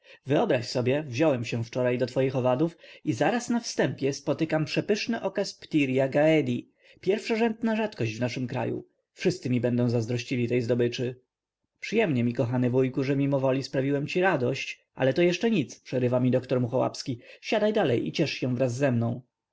wyobraź sobie wziąłem się wczoraj do twoich owadów i zaraz na wstępie spotykam przepyszny okaz phtiria gaedii phtiria gaedii pierwszorzędna rzadkość w naszym kraju wszyscy mi będą zazdrościli tej zdobyczy przyjemnie mi kochany wuju że mimowoli sprawiłem ci radość ale to jeszcze nic przerywa mi dr muchołapski słuchaj dalej i ciesz się wraz ze mną